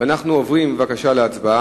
אנו עוברים להצבעה.